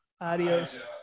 Adios